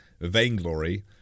vainglory